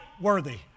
worthy